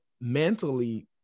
mentally